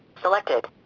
Selected